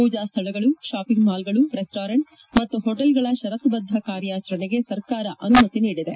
ಪೂಜಾ ಸ್ವಳಗಳು ಶಾಪಿಂಗ್ ಮಾಲ್ಗಳು ರೆಸ್ಟೋರೆಂಟ್ ಮತ್ತು ಹೋಟೆಲ್ಗಳ ಶರತ್ತುಬದ್ದ ಕಾರ್ಯಾಚರಣೆಗೆ ಸರ್ಕಾರ ಅನುಮತಿ ನೀಡಿದೆ